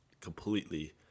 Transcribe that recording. completely